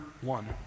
one